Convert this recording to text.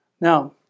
Now